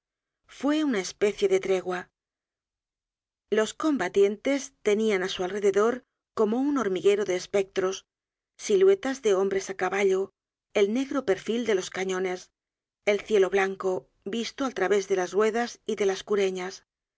fue una especie de tregua los combatientes tehian á su alrededor como un hormiguero de espectros siluetas de hombres á caballo el negro perfil de los cañones el cielo blanco visto al través de las ruedas y de las cureñas